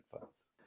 funds